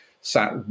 sat